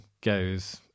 goes